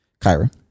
Kyra